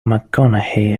mcconaughey